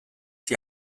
die